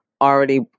already